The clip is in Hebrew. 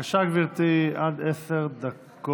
בבקשה, גברתי, עד עשר דקות.